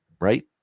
right